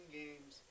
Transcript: games